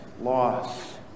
Loss